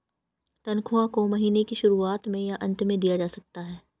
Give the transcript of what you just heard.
तन्ख्वाह को महीने के शुरुआत में या अन्त में दिया जा सकता है